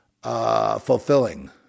Fulfilling